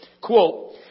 quote